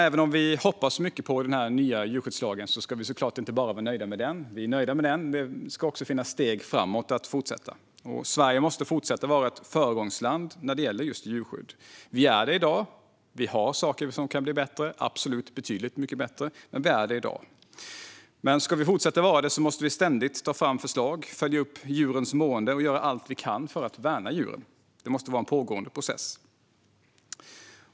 Även om vi hoppas mycket på den nya djurskyddslagen ska vi såklart inte vara nöjda bara med den. Vi är nöjda med den, men det ska också finnas möjlighet att fortsätta framåt. Sverige måste fortsätta att vara ett föregångsland när det gäller djurskydd. Vi är det i dag, men det finns saker som kan bli bättre - absolut betydligt bättre. Ska vi fortsätta vara ett föregångsland måste vi ständigt ta fram förslag, följa upp djurens mående och göra allt vi kan för att värna djuren. Det måste vara en pågående process.